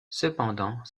cependant